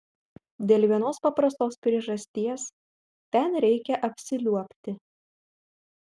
dėl vienos paprastos priežasties ten reikia apsiliuobti